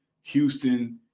Houston